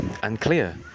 unclear